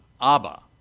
Abba